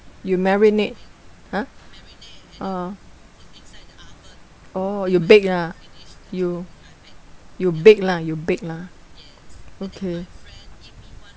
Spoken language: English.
you marinate !huh! oh oh you bake ah you you bake lah you bake lah okay